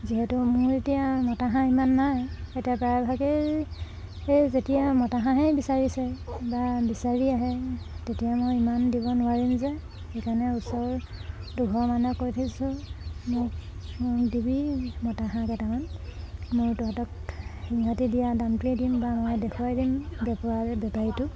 যিহেতু মোৰ এতিয়া মতা হাঁহ ইমান নাই এতিয়া প্ৰায়ভাগেই যেতিয়া মতা হাঁহেই বিচাৰিছে বা বিচাৰি আহে তেতিয়া মই ইমান দিব নোৱাৰিম যে সেইকাৰণে ওচৰ দুঘৰমানক কৈ থৈছোঁ মোক দিবি মতা হাঁহ কেইটামান মই তহঁতক সিহঁতি দিয়া দামটোৱে দিম বা মই দেখুৱাই দিম বেপোৱাৰ বেপাৰীটোক